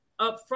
upfront